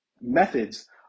Methods